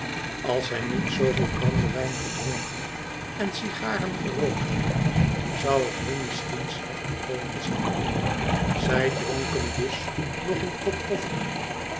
als zij niet zooveel brandewijn gedronken en sigaren gerookt hadden zou het hun misscbien slecht bekomen zijn zij dronken dus nog een kop koffie